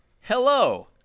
Hello